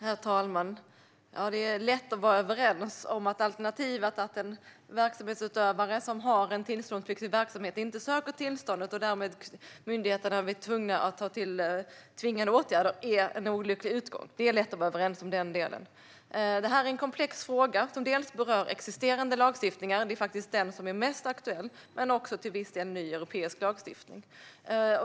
Herr talman! Det är lätt att vara överens om att alternativ till att en verksamhetsutövare som har en tillståndspliktig verksamhet inte söker tillstånd och att därmed myndigheterna blir tvungna att ta till tvingande åtgärder är en olycklig utgång. Det är lätt att vara överens om den delen. Detta är en komplex fråga som berör dels existerande lagstiftningar - det är den fråga som är mest aktuell - dels till viss del ny europeisk lagstiftning.